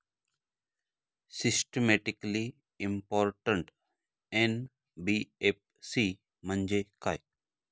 Systematically important NBFC म्हणजे काय?